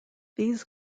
these